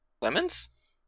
Lemons